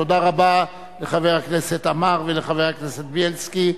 תודה רבה לחבר הכנסת עמאר ולחבר הכנסת בילסקי.